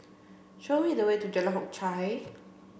show me the way to Jalan Hock Chye